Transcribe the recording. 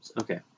Okay